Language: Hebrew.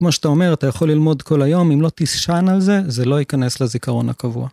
כמו שאתה אומר, אתה יכול ללמוד כל היום, אם לא תישן על זה, זה לא ייכנס לזיכרון הקבוע.